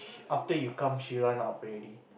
after you come she run up already